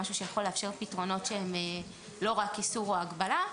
משהו שיכול לאפשר פתרונות שהם לא רק איסור או הגבלה,